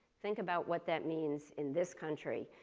think about what that means in this country.